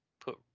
put